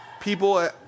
people